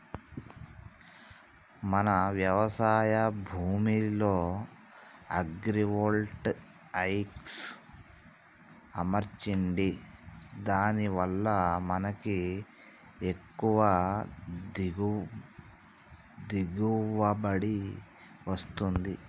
మన వ్యవసాయ భూమిలో అగ్రివోల్టాయిక్స్ అమర్చండి దాని వాళ్ళ మనకి ఎక్కువ దిగువబడి వస్తుంది